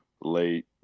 late